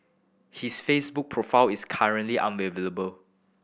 his Facebook profile is currently unavailable